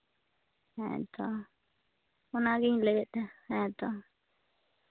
ᱦᱮᱸᱛᱚ ᱚᱱᱟᱜᱤᱧ ᱞᱟᱹᱭᱫᱟ ᱦᱮᱸᱛᱚ